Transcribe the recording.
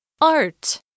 Art